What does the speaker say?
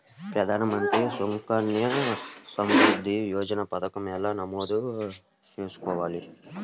ప్రధాన మంత్రి సుకన్య సంవృద్ధి యోజన పథకం ఎలా నమోదు చేసుకోవాలీ?